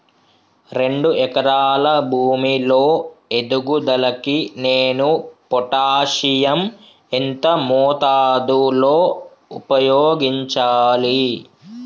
రెండు ఎకరాల భూమి లో ఎదుగుదలకి నేను పొటాషియం ఎంత మోతాదు లో ఉపయోగించాలి?